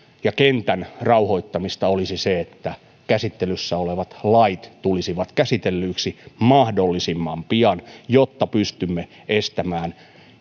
ja kentän rauhoittamista olisi se että käsittelyssä olevat lait tulisivat käsitellyiksi mahdollisimman pian jotta pystymme estämään